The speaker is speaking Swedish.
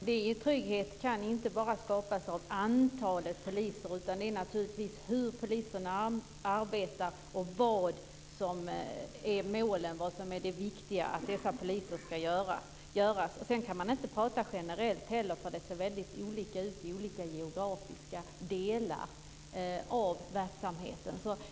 Fru talman! Trygghet kan inte bara skapas av antalet poliser, utan det handlar naturligtvis om hur poliserna arbetar och vad det är viktigt att dessa poliser gör. Man kan inte prata generellt heller, för det ser väldigt olika ut i olika geografiska delar av verksamheten.